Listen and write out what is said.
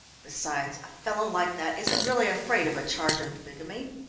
besides, a fellow like that isn't really afraid of a charge of bigamy.